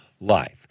life